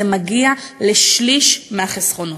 זה מגיע לשליש מהחסכונות.